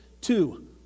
two